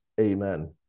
Amen